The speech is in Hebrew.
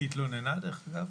היא התלוננה, דרך אגב?